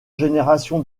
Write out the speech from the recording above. générations